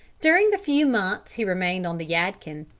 during the few months he remained on the yadkin,